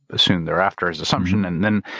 soon thereafter is assumption. and then,